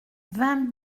vingt